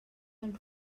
del